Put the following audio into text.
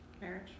Marriage